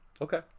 okay